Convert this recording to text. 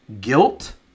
guilt